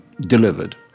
delivered